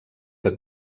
que